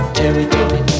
territory